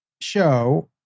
show